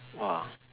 !wah!